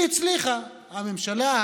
כי הממשלה,